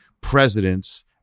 presidents